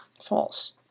false